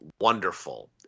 wonderful